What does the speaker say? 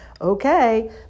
okay